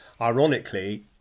Ironically